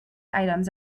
items